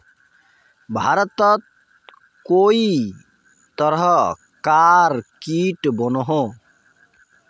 भारतोत कई तरह कार कीट बनोह